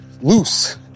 loose